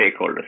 stakeholders